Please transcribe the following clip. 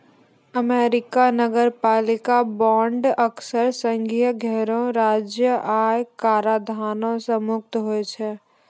America नगरपालिका bond अक्सर संघीय आरो राज्य आय कराधानो से मुक्त होय छै